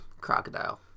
Crocodile